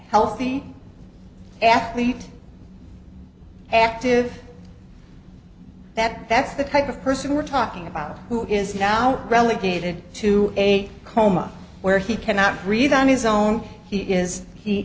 healthy athlete active that that's the type of person we're talking about who is now relegated to a coma where he cannot breathe on his own he is he